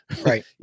Right